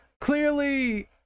clearly